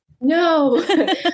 No